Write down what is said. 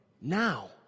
now